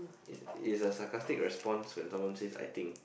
is is a sarcastic respond when someone says I think